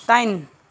दाइन